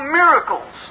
miracles